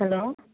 hello